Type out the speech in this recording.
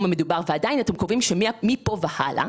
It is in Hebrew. המדובר ועדיין אתם קובעים שמכאן והלאה,